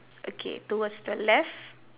okay towards the left